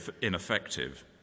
ineffective